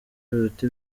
biruta